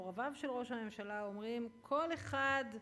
מקרוביו של ראש הממשלה אומרים: כל אחד,